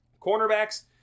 Cornerbacks